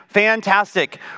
Fantastic